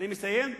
אני מסיים.